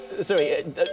Sorry